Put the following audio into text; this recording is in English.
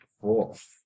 fourth